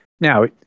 now